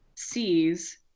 sees